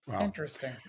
Interesting